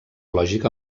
lògic